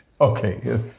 Okay